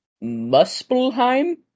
Muspelheim